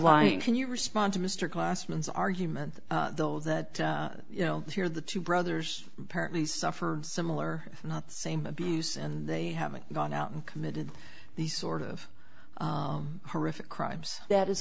lying can you respond to mr classrooms argument though that you know here the two brothers personally suffer similar not the same abuse and they haven't gone out and committed these sort of horrific crimes that is